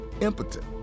impotent